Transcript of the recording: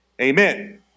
amen